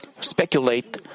speculate